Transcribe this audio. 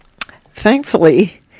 thankfully